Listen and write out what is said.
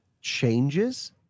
changes